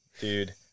Dude